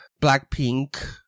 Blackpink